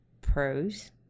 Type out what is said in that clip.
pros